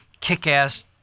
kick-ass